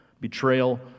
betrayal